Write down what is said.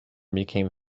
became